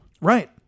Right